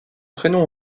prénom